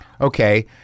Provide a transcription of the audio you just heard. Okay